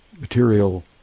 material